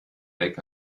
weg